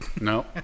No